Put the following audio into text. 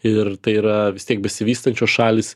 ir tai yra vis tiek besivystančios šalys